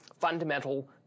fundamental